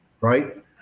right